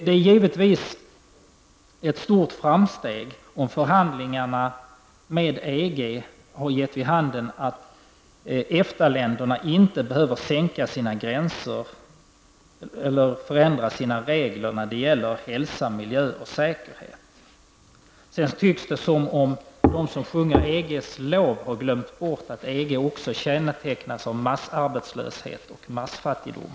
Det är givetvis ett stort framsteg om förhandlingarna med EG har givit vid handen att EFTA-länderna inte behöver sänka sina gränser eller förändra sina regler när det gäller hälsa, miljö och säkerhet. Det verkar som om de som sjunger EGs lov har glömt bort att EG också kännetecknas av massarbetslöshet och massfattigdom.